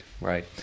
right